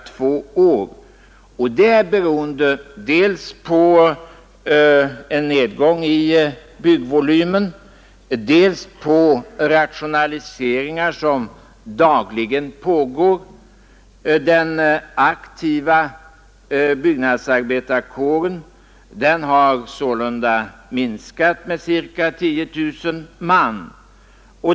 Detta beror dels på en reducerad byggnadsvolym, dels på rationaliseringar, som ständigt pågår. Den aktiva byggnadsarbetarkåren har sålunda minskat med ca 10 000 man.